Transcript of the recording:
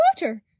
water